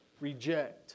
Reject